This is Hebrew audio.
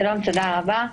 תודה רבה.